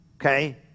okay